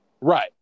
Right